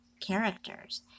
characters